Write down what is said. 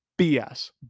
BS